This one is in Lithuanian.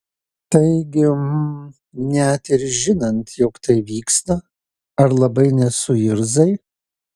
taigi hm net ir žinant jog tai vyksta ar labai nesuirzai